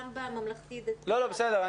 גם בממלכתי --- בסדר,